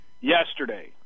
yesterday